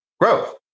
growth